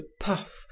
puff